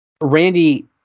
Randy